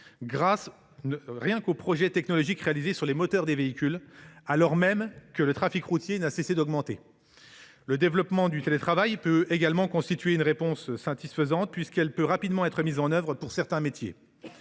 grâce aux seuls progrès technologiques réalisés sur les moteurs des véhicules, alors même que le trafic routier n’a cessé d’augmenter. Le développement du télétravail peut également constituer une réponse satisfaisante, puisqu’elle peut être mise en œuvre rapidement pour certains métiers.